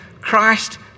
Christ